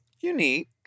unique